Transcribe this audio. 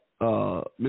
Mr